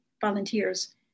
volunteers